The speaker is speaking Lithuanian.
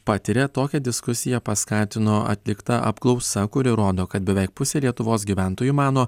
patiria tokią diskusiją paskatino atlikta apklausa kuri rodo kad beveik pusė lietuvos gyventojų mano